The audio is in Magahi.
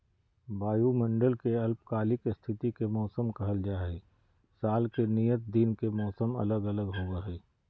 वायुमंडल के अल्पकालिक स्थिति के मौसम कहल जा हई, साल के नियत दिन के मौसम अलग होव हई